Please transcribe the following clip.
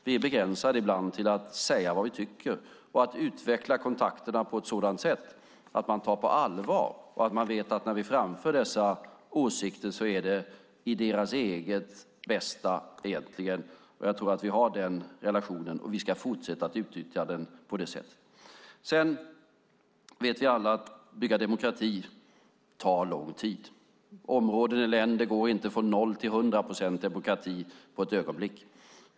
Vi är ibland begränsade till att säga vad vi tycker och att utveckla kontakterna på ett sådant sätt att det tas på allvar och att man vet att när vi framför dessa åsikter är det för deras eget bästa egentligen. Jag tror att vi har den relationen, och vi ska fortsätta att utnyttja den på det sättet. Sedan vet vi alla att det tar lång tid att bygga demokrati. Områden och länder går inte från noll till hundra procent demokrati på ett ögonblick.